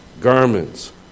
garments